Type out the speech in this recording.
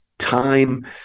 time